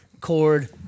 cord